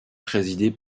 présidée